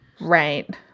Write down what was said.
Right